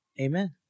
Amen